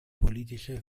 politische